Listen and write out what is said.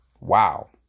Wow